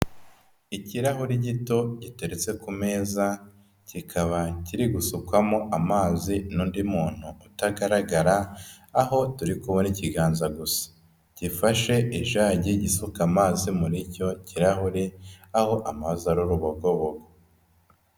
Ikirahuri gito giteretse ku meza kikaba kiri gusukwamo amazi n'undi muntu utagaragara, aho turi kubona ikiganza gusa gifashe ijagi, gisuka amazi muri icyo kirahure aho amazi ari urubogobogo.